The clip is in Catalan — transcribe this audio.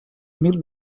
mil